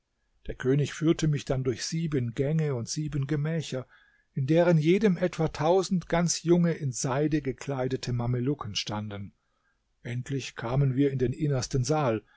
der könig führte mich dann durch sieben gänge und sieben gemächer in deren jedem etwa tausend ganz junge in seide gekleidete mamelucken standen endlich kamen wir in den innersten saal